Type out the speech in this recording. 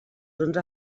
onze